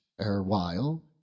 erewhile